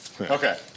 Okay